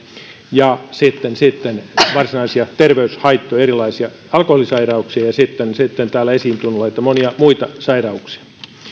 ja sitten sitten varsinaisia terveyshaittoja erilaisia alkoholisairauksia ja sitten sitten täällä esiin tulleita monia muita sairauksia